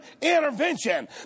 intervention